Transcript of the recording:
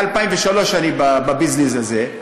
מ-2003 אני בביזנס הזה,